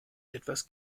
etwas